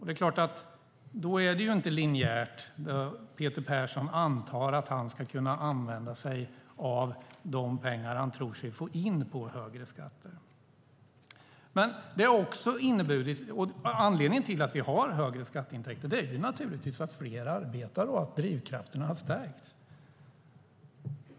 Det är klart att det då inte är linjärt - Peter Persson antar att han ska kunna använda sig av de pengar han tror sig få in på högre skatter. Anledningen till att vi har högre skatteintäkter är naturligtvis att fler arbetar och att drivkrafterna har stärkts.